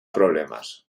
problemas